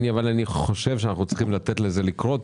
אבל אני חושב שאנחנו צריכים לתת לזה לקרות,